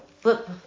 flip